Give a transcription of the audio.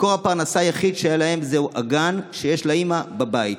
מקור הפרנסה היחיד שהיה להם זה הגן שיש לאימא בבית.